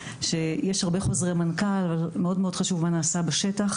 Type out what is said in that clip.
יש הרבה חוזרי מנכ"ל; מאוד חשוב מה שנעשה בשטח